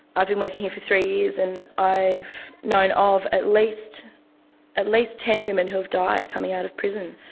i've been working here for three years and i've known of at least at least ten women who've died coming out of prison,